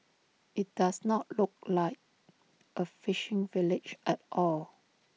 IT does not look like A fishing village at all